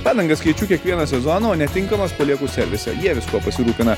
padangas keičiu kiekvieną sezoną o netinkamas palieku servise jie viskuo pasirūpina